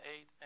eight